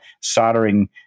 soldering